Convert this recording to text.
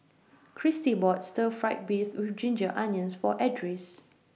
Kristy bought Stir Fry Beef with Ginger Onions For Edris